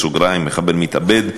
בסוגריים: מחבל מתאבד,